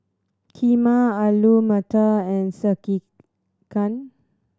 Kheema Alu Matar and Sekihan